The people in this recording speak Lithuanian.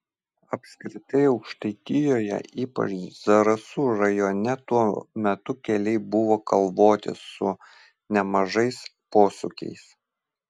apskritai aukštaitijoje ypač zarasų rajone tuo metu keliai buvo kalvoti su nemažais posūkiais